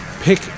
Pick